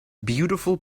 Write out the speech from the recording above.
beautiful